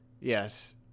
yes